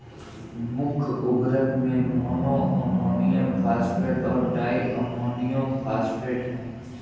मुख्य उर्वरक में मोनो अमोनियम फॉस्फेट और डाई अमोनियम फॉस्फेट हैं